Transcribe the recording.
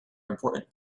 important